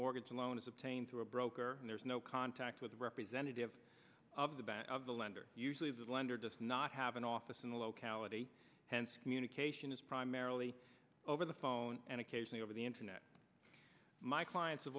mortgage loan is obtained through a broker and there's no contact with the representative of the bank of the lender usually the lender does not have an office in the locality hence communication is primarily over the phone and occasionally over the internet my clients